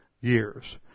years